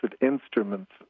instruments